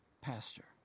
pastor